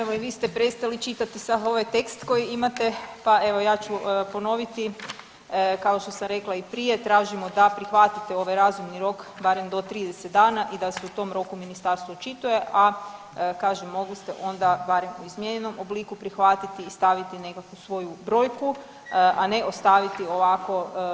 Evo i vi ste prestali čitati sav ovaj tekst koji imate, pa evo ja ću ponoviti kao što sam rekla i prije tražimo da prihvatite ovaj razumni rok barem do 30 dana i da se u tom roku ministarstvo očituje, a kažem mogli ste onda barem u izmijenjenom obliku prihvatiti i staviti nekakvu svoju brojku, a ne ostaviti ovako.